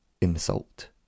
insult